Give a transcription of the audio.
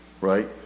right